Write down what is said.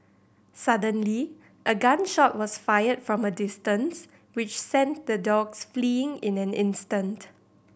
suddenly a gun shot was fired from a distance which sent the dogs fleeing in an instant